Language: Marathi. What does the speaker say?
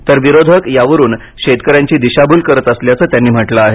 तर विरोधक यावरून शेतकऱ्यांची दिशाभूल करत असल्याचं त्यांनी म्हटलं आहे